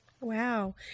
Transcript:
Wow